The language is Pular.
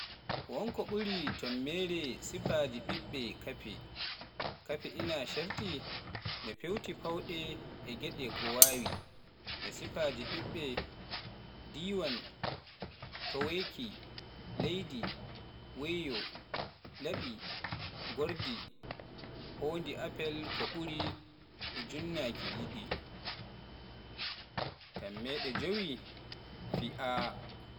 Won ko ɓuri to meere sifaaji ɓiɓɓe kafe, Kafe ina ceerti no feewti fawɗe e geɗe ko waawi e no sifaaji ɓiɓɓe diiwaan, tooweeki, leydi, weeyo, laɓi ngordi, woodi apel ko ɓuri ujunaaji ɗiɗi, tammeeɗe jowi fi'aa